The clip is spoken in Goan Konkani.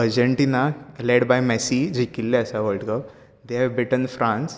अर्जंटीना लेड बाय मॅसी जिखील्ले आसात world cup they have beaten France